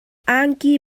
angki